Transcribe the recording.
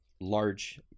large